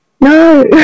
no